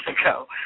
ago